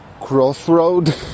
crossroad